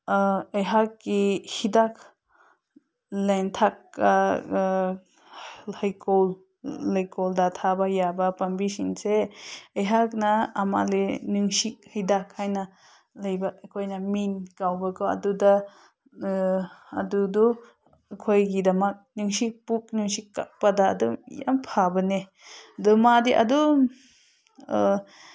ꯑꯩꯍꯥꯛꯛꯤ ꯍꯤꯗꯥꯛ ꯂꯥꯡꯊꯛ ꯍꯩꯀꯣꯜ ꯂꯩꯀꯣꯜꯗ ꯊꯥꯕ ꯌꯥꯕ ꯄꯥꯝꯕꯤꯁꯤꯡꯁꯦ ꯑꯩꯍꯥꯛꯅ ꯑꯃ ꯂꯩ ꯅꯨꯡꯁꯤ ꯍꯤꯗꯥꯛ ꯍꯥꯏꯅ ꯂꯩꯕ ꯑꯩꯈꯣꯏꯅ ꯃꯤꯟꯠ ꯀꯧꯕꯀꯣ ꯑꯗꯨꯗ ꯑꯗꯨꯗꯨ ꯑꯩꯈꯣꯏꯒꯤꯗꯃꯛ ꯄꯨꯛ ꯅꯨꯡꯁꯤꯠ ꯀꯥꯕꯗ ꯑꯗꯨꯝ ꯌꯥꯝ ꯐꯕꯅꯤ ꯑꯗꯨ ꯃꯥꯗꯤ ꯑꯗꯨꯝ